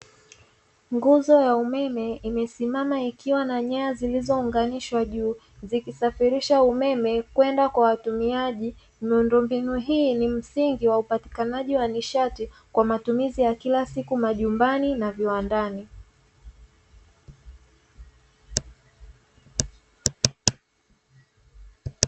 Nguzo ya umeme imesimama ikiwa na nyaya zilizounganishwa juu zikisafirisha umeme kwenda kwa watumiaji, miundombinu hii ni msingi wa upatikanaji wa nishati kwa matumizi ya kila siku ya majumbani na viwandani.